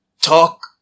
Talk